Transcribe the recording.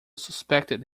suspected